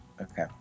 Okay